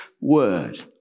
word